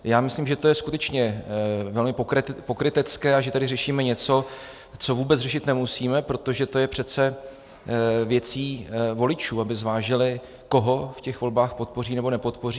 Já myslím, že to je skutečně velmi pokrytecké a že tady řešíme něco, co vůbec řešit nemusíme, protože to je přece věcí voličů, aby zvážili, koho v těch volbách podpoří nebo nepodpoří.